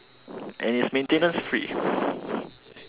and it's maintenance free